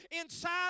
inside